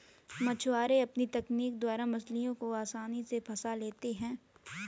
मछुआरे अपनी तकनीक द्वारा मछलियों को आसानी से फंसा लेते हैं